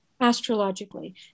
astrologically